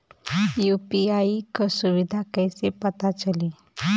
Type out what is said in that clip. UPI क सुविधा कैसे पता चली?